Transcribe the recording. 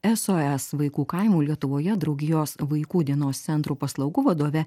sos vaikų kaimų lietuvoje draugijos vaikų dienos centrų paslaugų vadove